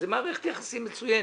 זו מערכת יחסים מצוינת.